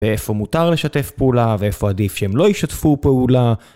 ואיפה מותר לשתף פעולה ואיפה עדיף שהם לא ישתפו פעולה.